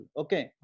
okay